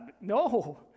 No